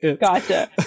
gotcha